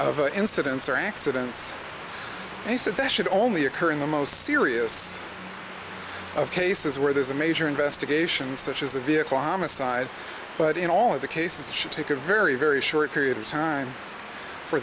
of incidents or accidents he said that should only occur in the most serious of cases where there's a major investigation such as a vehicle homicide but in all of the cases should take a very very short period of time for